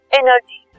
energy